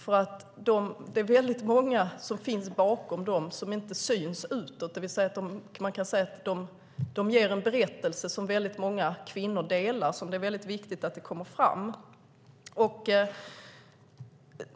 Det är väldigt många som finns bakom dem som inte syns utåt. Man kan säga att de ger en berättelse som många kvinnor delar och där det är viktigt att det kommer fram.